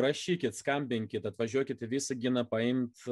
rašykit skambinkit atvažiuokit į visaginą paimt